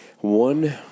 One